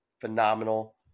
phenomenal